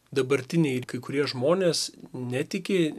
dabartiniai ir kai kurie žmonės netiki